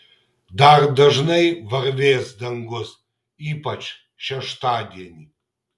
dar dažnai varvės dangus ypač šeštadienį